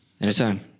Anytime